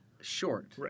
short